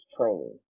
training